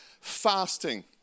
fasting